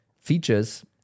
features